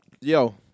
Yo